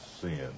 sin